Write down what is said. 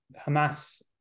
Hamas